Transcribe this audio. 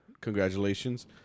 congratulations